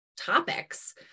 topics